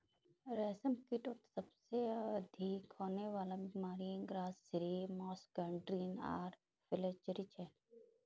रेशमकीटत सबसे अधिक होने वला बीमारि ग्रासरी मस्कार्डिन आर फ्लैचेरी छे